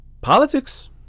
politics